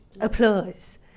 applause